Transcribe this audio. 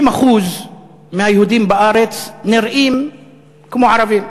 60% מהיהודים בארץ נראים כמו ערבים,